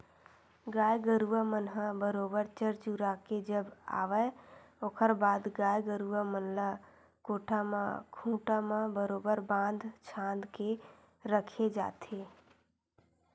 गाय गरुवा मन ह बरोबर चर चुरा के जब आवय ओखर बाद गाय गरुवा मन ल कोठा म खूंटा म बरोबर बांध छांद के रखे जाथे